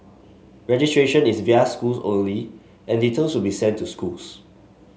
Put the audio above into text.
registration is via schools only and details will be sent to schools